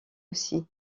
aussi